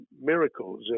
miracles